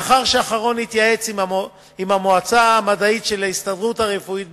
לאחר שהאחרון התייעץ עם המועצה המדעית של ההסתדרות הרפואית בישראל.